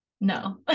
no